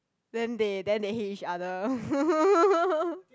then they then they hate each other